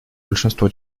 большинство